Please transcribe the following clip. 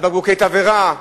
על בקבוקי תבערה,